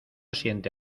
siente